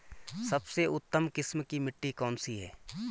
सबसे उत्तम किस्म की मिट्टी कौन सी है?